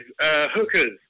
hookers